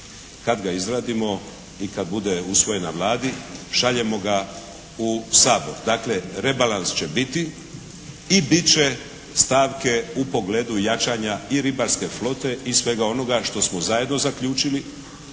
Kad ga izradimo i kad bude usvojen na Vladi šaljemo ga u Sabor. Dakle rebalans će biti i bit će stavke u pogledu jačanja i ribarske flote i svega onoga što smo zajedno zaključili.